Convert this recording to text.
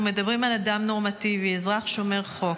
אנחנו מדברים על אדם נורמטיבי, אזרח שומר חוק,